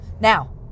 Now